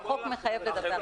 החוק מחייב לדווח.